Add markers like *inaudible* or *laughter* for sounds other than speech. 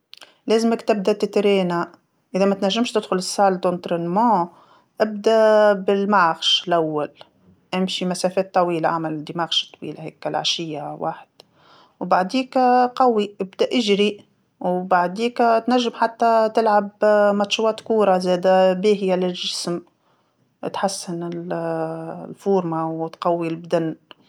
لازمك تبدا تترينا، إذا ما تنجمش تدخل لقاعة التدريبات، ابدا *hesitation* بالمشي اللول، امشي مسافات طويلة اعمل مشي طويل هاكا العشيه واحد، و بعديكا قوي ابدا اجري، وبعديكا تنجم حتى تلعب *hesitation* ماتشوات كوره زاده باهيه للجسم، تحسن *hesitation* الفورمه وتقوي البدن.